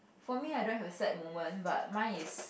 for me I don't have a sad moment but mine is